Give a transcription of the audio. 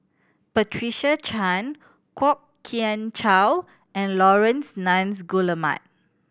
Patricia Chan Kwok Kian Chow and Laurence Nunns Guillemard